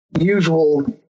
usual